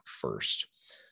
first